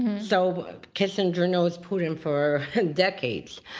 so kissinger knows putin for decades.